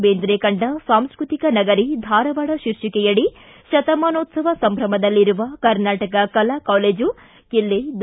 ಬೇಂದ್ರೆ ಕಂಡ ಸಾಂಸ್ಕೃತಿಕ ನಗರಿ ಧಾರವಾಡ ಶೀರ್ಷಿಕೆಯಡಿ ಶತಮಾನೋತ್ಸವ ಸಂಭ್ರಮದಲ್ಲಿರುವ ಕರ್ನಾಟಕ ಕಲಾ ಕಾಲೇಜು ಕಿಲ್ಲೆ ದ